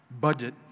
budget